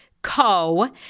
Co